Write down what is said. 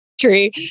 tree